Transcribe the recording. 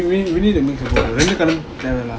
ya we we we need to make a